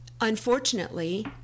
unfortunately